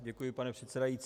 Děkuji, pane předsedající.